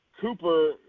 Cooper